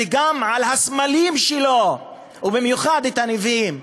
וגם על הסמלים שלו, ובמיוחד הנביאים.